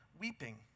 weeping